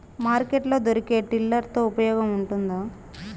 Market లో దొరికే tiller తో ఉపయోగం ఉంటుందా?